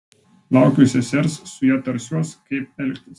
laukiu sesers su ja tarsiuos kaip elgtis